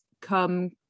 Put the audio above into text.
come